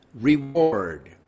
reward